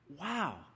Wow